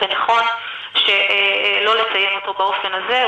ונכון שלא לציין אותו באופן הזה.